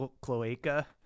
cloaca